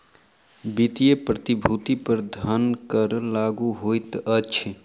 वित्तीय प्रतिभूति पर धन कर लागू होइत अछि